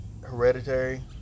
hereditary